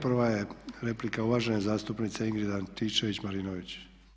Prva je replika uvažene zastupnice Ingrid Antičević Marinović.